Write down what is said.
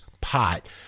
pot